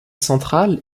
centrale